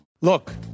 Look